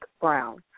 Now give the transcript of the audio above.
Brown